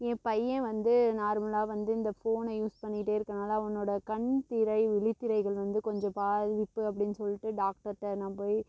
என் பையன் வந்து நார்மலாக வந்து இந்த ஃபோனை யூஸ் பண்ணிகிட்டே இருக்கதால அவனோட கண் திரை விழித்திரைகள் வந்து கொஞ்சம் பாதிப்பு அப்படின்னு சொல்லிட்டு டாக்டர்ட்ட நான் போய்